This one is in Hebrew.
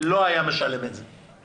לא היה משלם את זה.